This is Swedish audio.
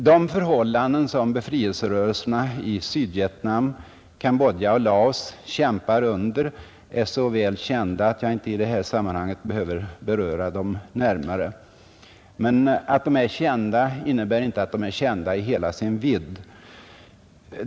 De förhållanden som befrielserörelserna i Vietnam, Cambodja och i Laos kämpar under är så väl kända att jag i det här sammanhanget inte behöver beröra dem närmare. Men att de är kända innebär inte att de är bekanta i hela sin vidd.